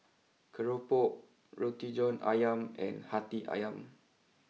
Keropok Roti John Ayam and Hati Ayam